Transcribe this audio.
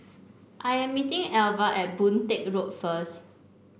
I am meeting Elva at Boon Teck Road first